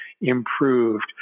improved